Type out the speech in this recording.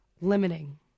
limiting